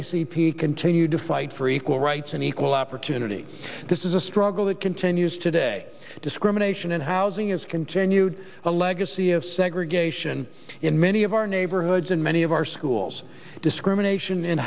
p continued to fight for equal rights and equal opportunity this is a struggle that continues today discrimination in housing is continued the legacy of segregation in many of our neighborhoods and many of our schools discrimination in